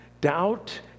Doubt